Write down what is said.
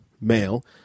male